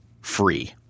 free